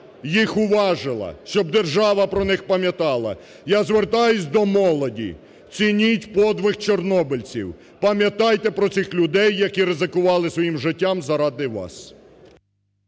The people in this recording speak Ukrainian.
їх уважила. Щоб держава про них пам'ятала. Я звертаюсь до молоді. Цініть подвиг чорнобильців! Пам'ятайте про цих людей, які ризикували своїм життям заради вас.